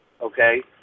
okay